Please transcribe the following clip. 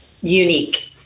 unique